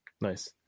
Nice